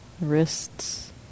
wrists